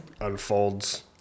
unfolds